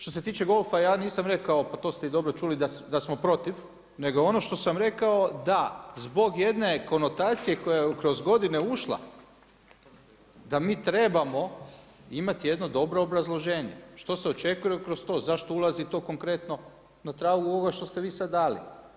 Što se tiče golfa ja nisam rekao pa to ste i dobro čuli da smo protiv, nego ono što sam rekao da zbog jedne konotacije koja je kroz godine ušla da mi trebamo imati jedno dobro obrazloženje što se očekuje kroz to, zašto ulazi to konkretno na tragu ovoga što ste vi sad dali.